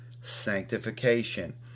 sanctification